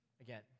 again